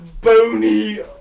bony